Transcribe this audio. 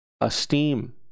esteem